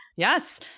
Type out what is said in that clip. Yes